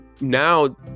Now